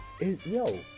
Yo